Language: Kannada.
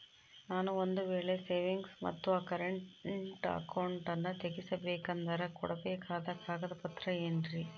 ನಾನು ಒಂದು ವೇಳೆ ಸೇವಿಂಗ್ಸ್ ಮತ್ತ ಕರೆಂಟ್ ಅಕೌಂಟನ್ನ ತೆಗಿಸಬೇಕಂದರ ಕೊಡಬೇಕಾದ ಕಾಗದ ಪತ್ರ ಏನ್ರಿ?